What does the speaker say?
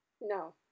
No